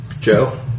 Joe